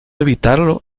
evitarlo